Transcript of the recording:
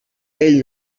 ell